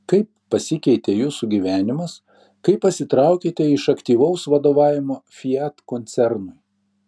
kaip pasikeitė jūsų gyvenimas kai pasitraukėte iš aktyvaus vadovavimo fiat koncernui